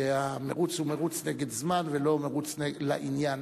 כשהמירוץ הוא מירוץ נגד זמן ולא מירוץ לעניין.